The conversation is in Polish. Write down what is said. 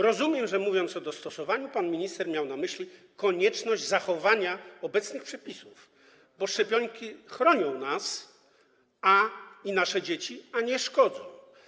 Rozumiem, że mówiąc o dostosowaniu, pan minister miał na myśli konieczność zachowania obecnych przepisów, bo szczepionki chronią nas i nasze dzieci, a nie szkodzą.